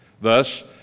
Thus